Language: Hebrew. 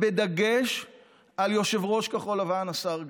בדגש על יושב-ראש כחול לבן השר גנץ,